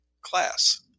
class